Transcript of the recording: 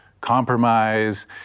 compromise